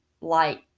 light